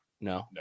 no